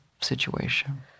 situation